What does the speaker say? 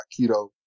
keto